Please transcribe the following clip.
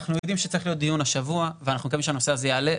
אנחנו יודעים שצריך להיות דיון השבוע ואנחנו מקווים שהנושא הזה יעלה,